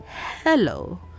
hello